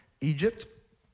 Egypt